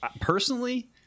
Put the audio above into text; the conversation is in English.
personally